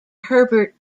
herbert